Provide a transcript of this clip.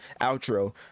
outro